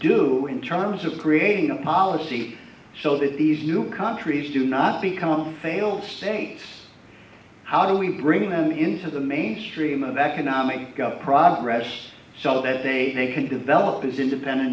do in terms of creating a policy so that these new countries do not become failed states how do we bring them into the mainstream of that konami progress so that they can develop as independent